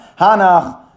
Hanach